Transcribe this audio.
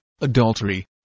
adultery